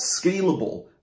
scalable